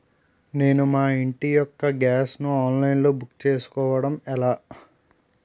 నేను మా ఇంటి యెక్క గ్యాస్ ను ఆన్లైన్ లో బుక్ చేసుకోవడం ఎలా?